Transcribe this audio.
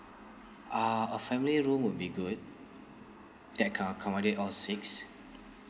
uh a family room would be good that can accommodate all six